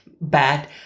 bad